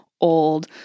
old